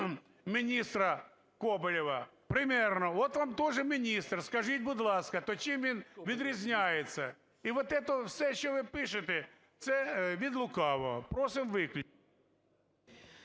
міністра Коболєва примерно, вот он тоже міністр. Скажіть, будь ласка, то чим він відрізняється? І ось це все, що ви пишите, це від лукавого. Просимо…